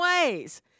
ways